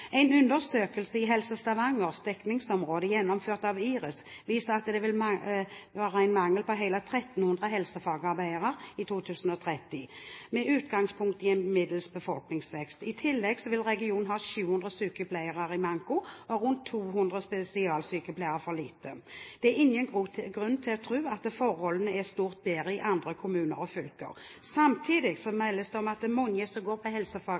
En undersøkelse i Helse Stavangers dekningsområde, gjennomført av Iris, viser at det vil være en mangel på hele 1 300 helsefagarbeidere i 2030, med utgangspunkt i en middels befolkningsvekst. I tillegg vil regionen ha 700 sykepleiere i manko og rundt 200 spesialsykepleiere for lite. Det er ingen grunn til å tro at forholdene er stort bedre i andre kommuner og fylker. Samtidig meldes det om at mange som går på